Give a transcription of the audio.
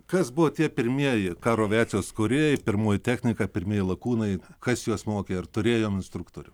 kas buvo tie pirmieji karo aviacijos kūrėjai pirmoji technika pirmieji lakūnai kas juos mokė ar turėjom instruktorių